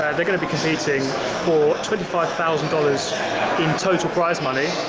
they're going to be competing for twenty five thousand dollars in total prize money.